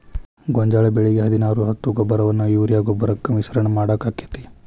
ಗೋಂಜಾಳ ಬೆಳಿಗೆ ಹದಿನಾರು ಹತ್ತು ಗೊಬ್ಬರವನ್ನು ಯೂರಿಯಾ ಗೊಬ್ಬರಕ್ಕೆ ಮಿಶ್ರಣ ಮಾಡಾಕ ಆಕ್ಕೆತಿ?